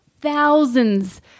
thousands